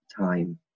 time